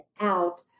out